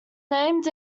named